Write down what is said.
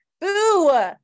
Boo